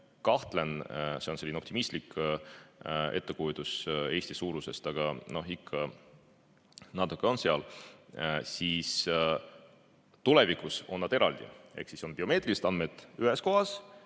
kahtlen, see on selline optimistlik ettekujutus Eesti suurusest, aga ikka natuke on seal. Tulevikus on nad eraldi, ehk biomeetrilised andmed on ühes kohas